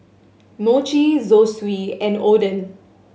Mochi Zosui and Oden